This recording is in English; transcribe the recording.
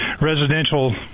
residential